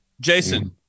Jason